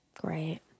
great